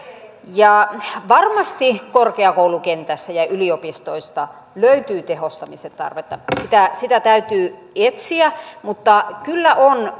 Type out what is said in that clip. varmasti korkeakoulukentässä ja yliopistoista löytyy tehostamisen tarvetta sitä sitä täytyy etsiä mutta kyllä on